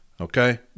Okay